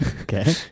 Okay